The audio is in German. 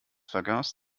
vergaß